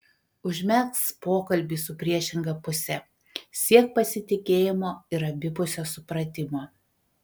užmegzk pokalbį su priešinga puse siek pasitikėjimo ir abipusio supratimo